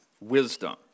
wisdom